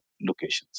locations